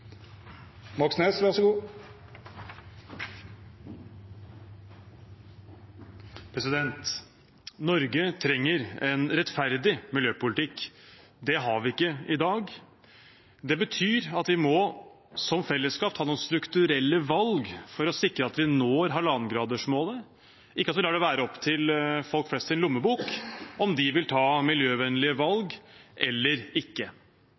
Norge trenger en rettferdig miljøpolitikk. Det har vi ikke i dag. Det betyr at vi må som fellesskap ta noen strukturelle valg for å sikre at vi når 1,5-gradersmålet, og ikke at vi lar det være opp til lommeboka til folk flest om de vil ta miljøvennlige valg eller ikke.